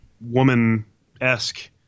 woman-esque